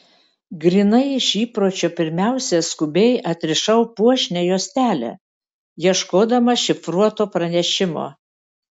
grynai iš įpročio pirmiausia skubiai atrišau puošnią juostelę ieškodama šifruoto pranešimo